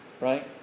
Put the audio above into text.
right